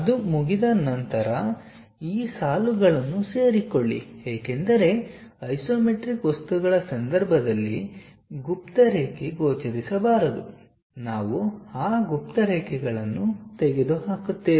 ಅದು ಮುಗಿದ ನಂತರ ಈ ಸಾಲುಗಳನ್ನು ಸೇರಿಕೊಳ್ಳಿ ಏಕೆಂದರೆ ಐಸೊಮೆಟ್ರಿಕ್ ವಸ್ತುಗಳ ಸಂದರ್ಭದಲ್ಲಿ ಗುಪ್ತರೇಖೆ ಗೋಚರಿಸಬಾರದು ನಾವು ಆ ಗುಪ್ತರೇಖೆಗಳನ್ನು ತೆಗೆದುಹಾಕುತ್ತೇವೆ